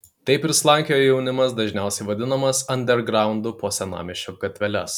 taip ir slankiojo jaunimas dažniausiai vadinamas andergraundu po senamiesčio gatveles